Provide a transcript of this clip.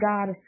God